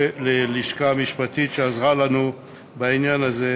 ללשכה המשפטית שעזרה לנו בעניין הזה,